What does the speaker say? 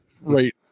right